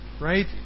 right